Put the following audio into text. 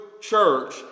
church